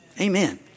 Amen